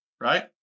right